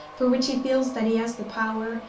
for which he feels that he has the power,